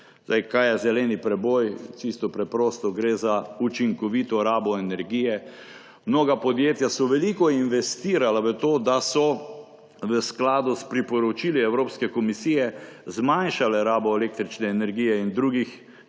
preboj. Kaj je zeleni preboj? Čisto preprosto, gre za učinkovito rabo energije. Mnoga podjetja so veliko investirala v to, da so v skladu s priporočili Evropske komisije zmanjšala rabo električne energije in druge